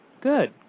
Good